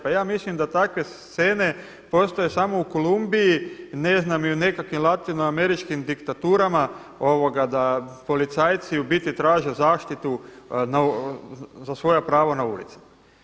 Pa ja mislim da takve scene postoje samo u Kolumbiji i ne znam i nekakvi latinoameričkim diktaturama da policajci u biti traže zaštitu za svoja prava na ulici.